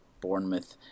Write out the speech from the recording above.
Bournemouth